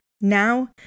now